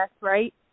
right